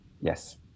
Yes